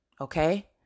Okay